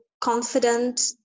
confident